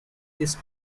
his